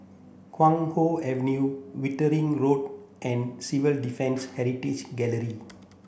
Guan Hua Avenue Wittering Road and Civil Defence Heritage Gallery